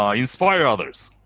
ah inspire others.